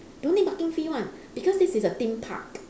don't need parking fee one because this is a theme park